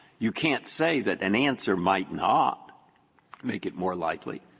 you can't say that an answer might not make it more likely.